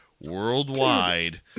worldwide